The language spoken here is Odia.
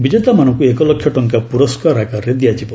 ବିଜେତା ମାନଙ୍କୁ ଏକ ଲକ୍ଷ ଟଙ୍କା ପୁରସ୍କାର ଆକାରରେ ଦିଆଯିବ